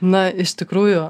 na iš tikrųjų